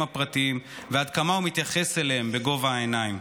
הפרטיים ועד כמה הוא מתייחס אליהם בגובה העיניים.